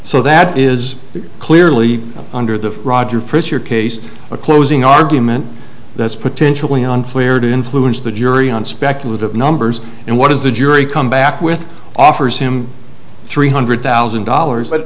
so that is clearly under the roger first your case a closing argument that's potentially unfair to influence the jury on speculative numbers and what does the jury come back with offers him three hundred thousand dollars but